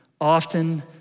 often